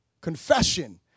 confession